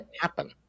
Happen